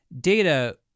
data